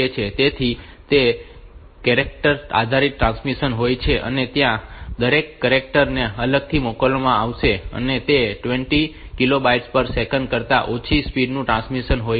તેથી તે કેરેક્ટર આધારિત ટ્રાન્સમિશન હોય છે અને ત્યાં દરેક કેરેક્ટર ને અલગથી મોકલવામાં આવશે અને તે 20 Kbps કરતા ઓછી સ્પીડનું ટ્રાન્સમિશન હોય છે